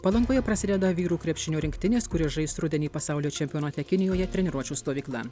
palangoje prasideda vyrų krepšinio rinktinės kuri žais rudenį pasaulio čempionate kinijoje treniruočių stovykla